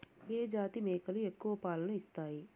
ఏ జాతి మేకలు ఎక్కువ పాలను ఇస్తాయి?